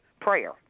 prayer